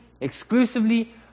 exclusively